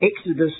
Exodus